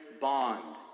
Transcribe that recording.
bond